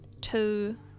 two